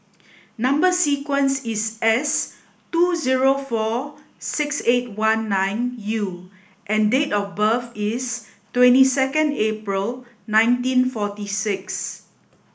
number sequence is S two zero four six eight one nine U and date of birth is twenty second April nineteen forty six